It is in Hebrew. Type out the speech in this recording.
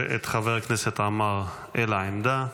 ואת חבר הכנסת עמאר, אל העמדה.